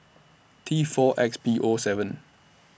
T four X P O seven